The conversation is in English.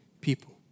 people